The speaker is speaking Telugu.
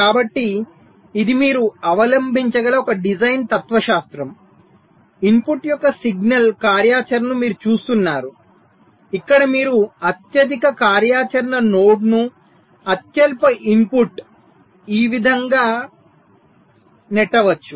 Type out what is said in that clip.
కాబట్టి ఇది మీరు అవలంబించగల ఒక డిజైన్ తత్వశాస్త్రం ఇన్పుట్ యొక్క సిగ్నల్ కార్యాచరణను మీరు చూస్తున్నారు ఇక్కడ మీరు అత్యధిక కార్యాచరణ నోడ్ను అత్యల్ప ఇన్పుట్ ఈ విధంగా కు నెట్టవచ్చు